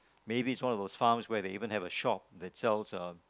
maybe it's one of those farm where they even have a shop that sells uh